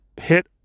Hit